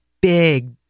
big